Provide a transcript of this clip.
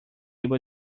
able